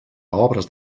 obres